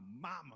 mama